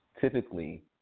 typically